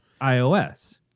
iOS